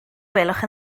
gwelwch